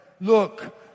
look